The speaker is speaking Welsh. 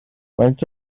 faint